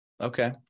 Okay